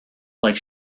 like